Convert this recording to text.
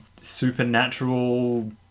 supernatural